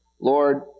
Lord